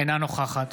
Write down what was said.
אינה נוכחת